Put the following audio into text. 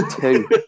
two